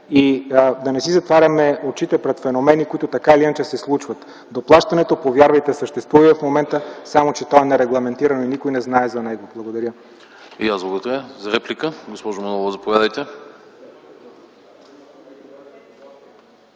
и да не си затваряме очите пред феномени, които, така или иначе, се случват. Доплащането, повярвайте, съществува и в момента, само че то е нерегламентирано и никой не знае за него. Благодаря. ПРЕДСЕДАТЕЛ АНАСТАС АНАСТАСОВ: И аз благодаря. За реплика, госпожо Манолова, заповядайте.